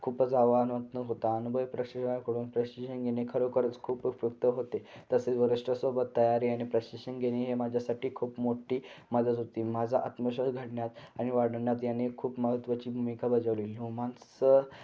खूपच आव्हानात्मक होता अनुभव प्रशिक्षकाकडून प्रशिक्षण घेणे खरोखरच खूप उपयुक्त होते तसेच वरिष्ठासोबत तयारी आणि प्रशिक्षण घेणे हे माझ्यासाठी खूप मोठी मदत होती माझा आत्मविश्वास घडण्यात आणि वाढवण्यात यांने खूप महत्त्वाची भूमिका बजावलेली ओमाणसं